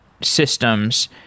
systems